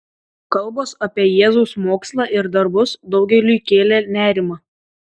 kalbos apie jėzaus mokslą ir darbus daugeliui kėlė nerimą